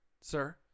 sir